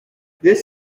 this